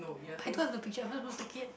Paito have the picture why you don't seek it